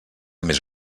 més